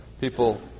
people